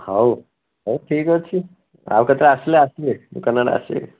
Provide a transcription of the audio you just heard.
ହଉ ଠିକ୍ ଅଛି ଆଉ କେତେବେଳେ ଆସିଲେ ଆସିବେ ଦୋକାନ ଆଡ଼େ ଆସିବେ